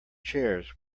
chairs